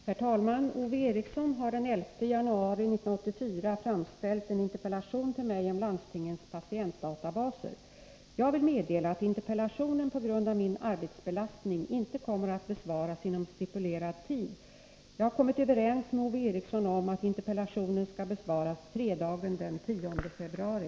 Herr talman! Ove Eriksson har den 11 januari 1984 framställt en interpellation till mig om landstingens patientdatabaser. Jag vill meddela att interpellationen på grund av min arbetsbelastning inte kommer att besvaras inom stipulerad tid. Jag har kommit överens med Ove Eriksson om att interpellationen skall besvaras fredagen den 10 februari.